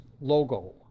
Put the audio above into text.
logo